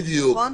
נכון?